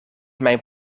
mijn